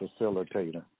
facilitator